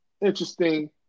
interesting